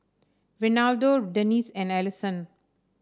Reynaldo Dennie and Alisson